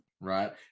right